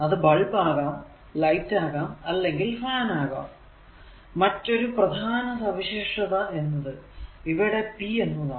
അത് ബൾബ് ആകാം ലൈറ്റ് ആകാം അല്ലെങ്കിൽ ഫാൻ ആകാം മറ്റൊരു പ്രധാന സവിശേഷത എന്നത് ഇവയുടെ p എന്നതാണ്